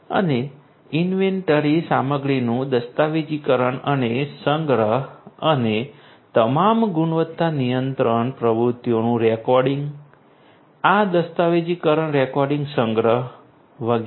અને ઇન્વેન્ટરી સામગ્રીનું દસ્તાવેજીકરણ અને સંગ્રહ અને તમામ ગુણવત્તા નિયંત્રણ પ્રવૃત્તિઓનું રેકોર્ડિંગ આ દસ્તાવેજીકરણ રેકોર્ડિંગ સંગ્રહ વગેરે